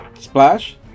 Splash